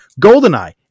Goldeneye